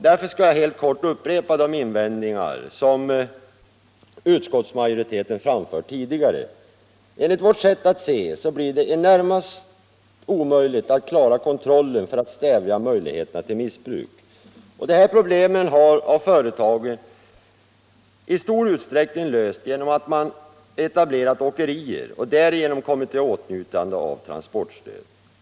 Därför skall jag helt kort upprepa de invändningar som utskottsmajoriteten ti digare framfört. Enligt vårt sätt att se blir det närmast omöjligt att klara kontrollen för att stävja missbruk. Det här problemet har av företagen i stor utsträckning lösts genom att de etablerat åkerier och därigenom kommit i åtnjutande av transportstöd.